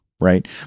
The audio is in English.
right